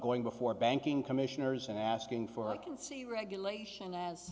going before banking commissioners and asking for it can see regulation as